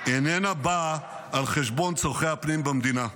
היא איננה באה על חשבון צורכי הפנים במדינה.